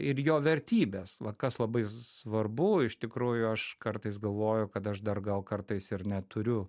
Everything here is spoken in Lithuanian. ir jo vertybės va kas labai svarbu iš tikrųjų aš kartais galvoju kad aš dar gal kartais ir neturiu